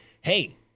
hey